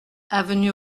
avenue